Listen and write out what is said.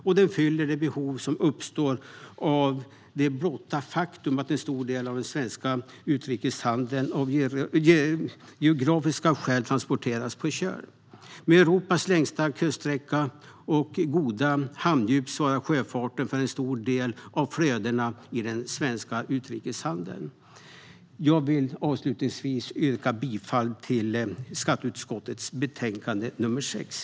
Den uppfyller också det behov som uppstår av det blotta faktum att en stor del av den svenska utrikeshandeln av geografiska skäl transporteras på köl. Med Europas längsta kuststräcka och goda hamndjup svarar sjöfarten för en stor del av flödena i den svenska utrikeshandeln. Jag yrkar bifall till skatteutskottets förslag.